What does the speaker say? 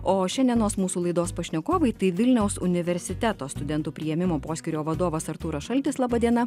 o šiandienos mūsų laidos pašnekovai tai vilniaus universiteto studentų priėmimo poskyrio vadovas artūras šaltis laba diena